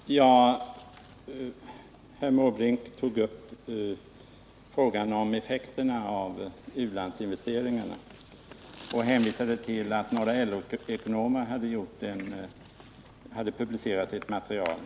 Herr talman! Herr Måbrink tog upp frågan om effekterna av ulandsinvesteringarna och hänvisade till att några LO-ekonomer hade publicerat ett material.